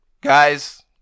Guys